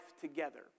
together